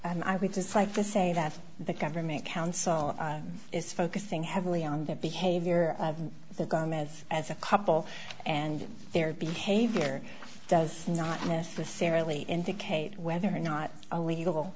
and i would just like to say that the government counsel is focusing heavily on their behavior the gum as as a couple and their behavior does not necessarily indicate whether or not a legal